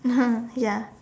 ya